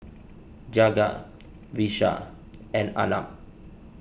Jagat Vishal and Arnab